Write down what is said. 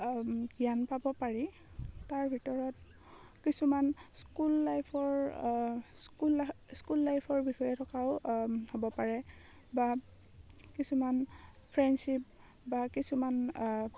জ্ঞান পাব পাৰি তাৰ ভিতৰত কিছুমান স্কুল লাইফৰ স্কুল স্কুল লাইফৰ বিষয়ে থকাও হ'ব পাৰে বা কিছুমান ফ্ৰেণ্ডশ্বিপ বা কিছুমান